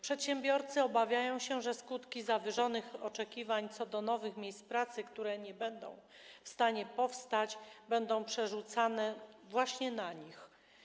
Przedsiębiorcy obawiają się, że skutki zawyżonych oczekiwań co do nowych miejsc pracy, które nie będą w stanie powstać, będą przerzucane właśnie na nich.